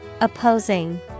Opposing